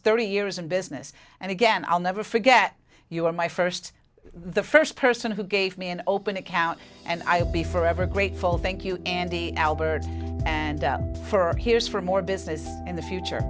thirty years in business and again i'll never forget you were my first the first person who gave me an open account and i will be forever grateful thank you andy albert and for here's for more business in the future